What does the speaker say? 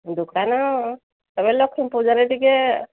ଦୋକାନ ଏବେ ଲକ୍ଷ୍ମୀ ପୂଜାରେ ଟିକେ